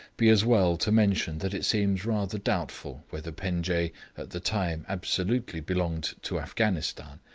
be as well to mention that it seems rather doubtful whether penjdeh at the time absolutely belonged to afghanistan.